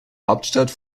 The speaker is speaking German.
hauptstadt